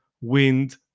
wind